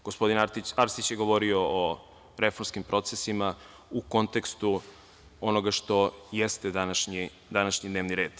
Gospodin Arsić je govorio o reformskim procesima u kontekstu onoga što jeste današnji dnevni red.